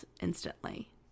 instantly